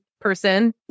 person